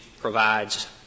provides